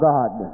God